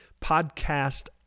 Podcast